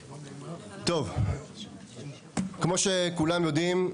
טוב, כמו שכולם יודעים,